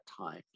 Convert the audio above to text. time